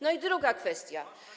No i druga kwestia.